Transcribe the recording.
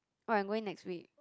oh I'm going next week